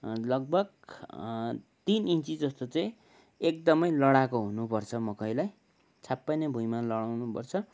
लगभग तिन इन्च जस्तो चाहिँ एकदमै लडाएको हुनु पर्छ मकैलाई छ्याप्पै नै भुइँमा लडाउनु पर्छ